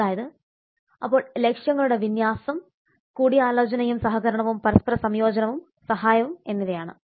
അതായത് അപ്പോൾ ലക്ഷ്യങ്ങളുടെ വിന്യാസം കൂടിയാലോചനയും സഹകരണവും പരസ്പര സംയോജനവും സഹായം എന്നിവയണ്